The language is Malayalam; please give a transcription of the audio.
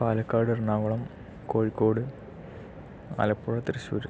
പാലക്കാട് എറണാകുളം കോഴിക്കോട് ആലപ്പുഴ തൃശൂര്